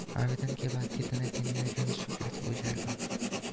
आवेदन के बाद कितने दिन में ऋण स्वीकृत हो जाएगा?